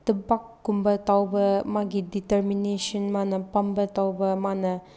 ꯊꯕꯛꯀꯨꯝꯕ ꯇꯧꯕ ꯃꯥꯒꯤ ꯗꯤꯇꯔꯃꯤꯅꯦꯁꯟ ꯃꯥꯅ ꯄꯥꯝꯕ ꯇꯧꯕ ꯃꯥꯅ